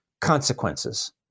consequences